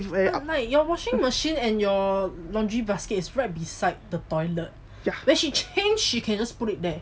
but like your washing machine and your laundry basket is right beside the toilet when she changed she can just put it there